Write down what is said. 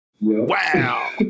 Wow